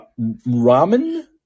ramen